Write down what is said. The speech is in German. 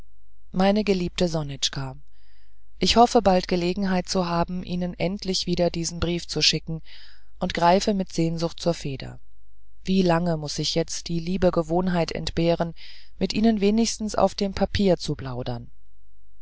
meine geliebte sonitschka ich hoffe bald gelegenheit zu haben ihnen endlich wieder diesen brief zu schicken und greife mit sehnsucht zur feder wie lange mußte ich jetzt die liebe gewohnheit entbehren mit ihnen wenigstens auf dem papier zu plaudern